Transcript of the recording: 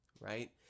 right